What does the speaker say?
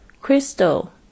crystal